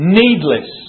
needless